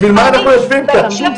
בשביל מה אנחנו יושבים כאן?